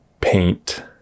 paint